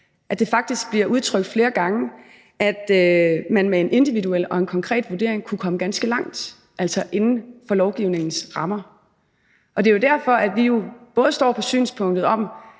at det faktisk bliver udtrykt flere gange, at man med en individuel og konkret vurdering kunne komme ganske langt, altså inden for lovgivningens rammer. Det er jo derfor, at vi både står på synspunktet om,